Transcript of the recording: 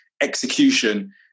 execution